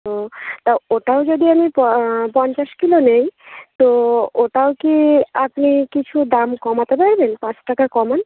ও ওটাও যদি আমি প পঞ্চাশ কিলো নেই তো ওটাও কি আপনি কিছু দাম কমাতে পারবেন পাঁচ টাকা কমান